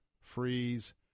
freeze